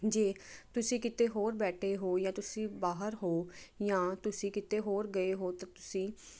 ਜੇ ਤੁਸੀਂ ਕਿਤੇ ਹੋਰ ਬੈਠੇ ਹੋ ਜਾਂ ਤੁਸੀਂ ਬਾਹਰ ਹੋ ਜਾਂ ਤੁਸੀਂ ਕਿਤੇ ਹੋਰ ਗਏ ਹੋ ਤਾਂ ਤੁਸੀ